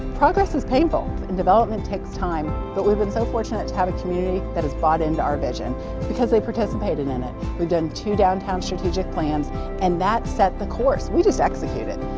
progress is painful and development takes time, but we've been so fortunate to have a community that has bought in to our vision because they participated in it. we've done two downtown strategic plans and that set the course. we just execute it!